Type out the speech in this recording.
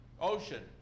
ocean